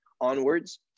onwards